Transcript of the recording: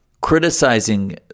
criticizing